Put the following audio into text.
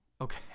Okay